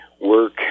work